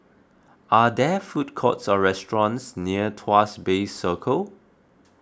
are there food courts or restaurants near Tuas Bay Circle